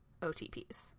OTPs